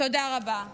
תודה רבה.